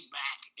back